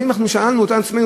לפעמים אנחנו שאלנו את עצמנו,